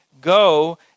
Go